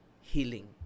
healing